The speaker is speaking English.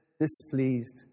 displeased